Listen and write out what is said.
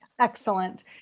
excellent